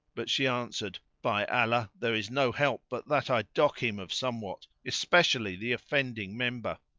but she answered, by allah, there is no help but that i dock him of somewhat, especially the offending member.